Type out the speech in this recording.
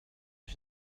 ich